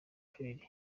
kabiri